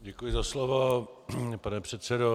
Děkuji za slovo, pane předsedo.